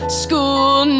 school